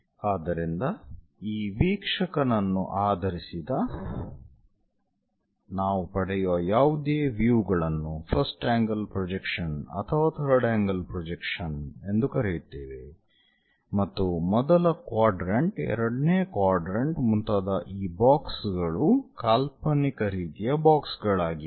ಆದ್ದರಿಂದ ಈ ವೀಕ್ಷಕನನ್ನು ಆಧರಿಸಿದ ನಾವು ಪಡೆಯುವ ಯಾವುದೇ ವ್ಯೂ ಗಳನ್ನು ಫಸ್ಟ್ ಆಂಗಲ್ ಪ್ರೊಜೆಕ್ಷನ್ ಅಥವಾ ಥರ್ಡ್ ಆಂಗಲ್ ಪ್ರೊಜೆಕ್ಷನ್ ಎಂದು ಕರೆಯುತ್ತೇವೆ ಮತ್ತು ಮೊದಲ ಕ್ವಾಡ್ರೆಂಟ್ ಎರಡನೆಯ ಕ್ವಾಡ್ರೆಂಟ್ ಮುಂತಾದ ಈ ಬಾಕ್ಸ್ ಗಳು ಕಾಲ್ಪನಿಕ ರೀತಿಯ ಬಾಕ್ಸ್ ಗಳಾಗಿವೆ